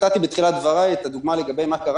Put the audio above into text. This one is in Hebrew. בתחילת דבריי נתתי את הדוגמה לגבי מה קרה